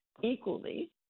equally